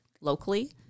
locally